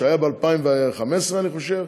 ב-2015 אני חושב,